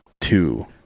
two